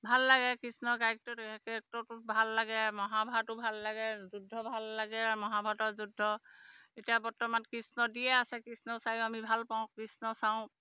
ভাল লাগে কৃষ্ণৰ কেৰেক্ট কেৰেক্টৰটো ভাল লাগে মহাভাৰতো ভাল লাগে যুদ্ধ ভাল লাগে মহাভাৰতৰ যুদ্ধ এতিয়া বৰ্তমান কৃষ্ণ দিয়ে আছে কৃষ্ণ চাইও আমি ভাল পাওঁ কৃষ্ণ চাওঁ